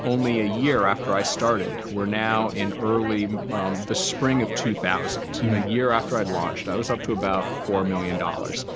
only a year after i started, we're now in the spring of two thousand. a year after i launched, i was up to about four million dollars.